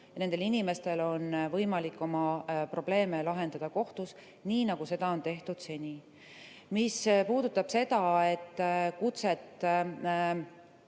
ja nendel inimestel on võimalik oma probleeme lahendada kohtus, nii nagu seda on tehtud seni. Mis puudutab seda, et kutse